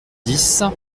dix